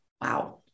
wow